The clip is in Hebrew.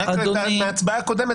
רק מהצבעה הקודמת,